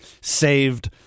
saved